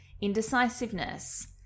Indecisiveness